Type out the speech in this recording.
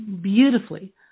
beautifully